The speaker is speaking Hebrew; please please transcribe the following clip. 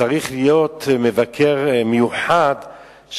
צריך להיות מבקר מיוחד,